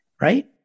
right